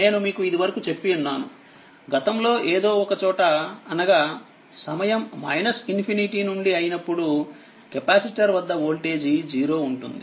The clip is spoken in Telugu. నేను మీకు ఇదివరకు చెప్పియున్నాను గతంలో ఏదో ఒక చోట అనగా సమయం ∞నుండి అయినపుడు కెపాసిటర్ వద్ద వోల్టేజ్0 ఉంటుంది